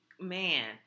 man